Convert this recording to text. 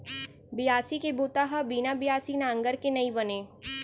बियासी के बूता ह बिना बियासी नांगर के नइ बनय